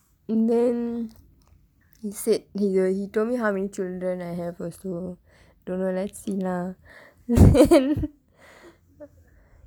and then he said he he told me how many children I have also don't know let's see lah